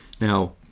Now